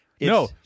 No